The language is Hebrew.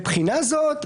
מבחינה זאת,